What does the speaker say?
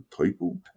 people